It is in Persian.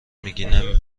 میگی